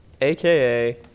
AKA